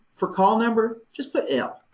for call number, just put l,